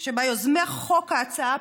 שביוזמי ההצעה הפרטית,